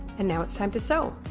and now it's time to sew.